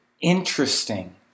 interesting